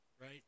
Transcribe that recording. right